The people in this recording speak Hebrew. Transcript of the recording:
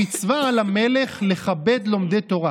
שמצווה על המלך לכבד לומדי תורה,